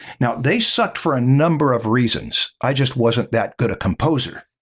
now, they sucked for a number of reasons, i just wasn't that good a composer,